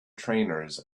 trainers